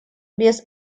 без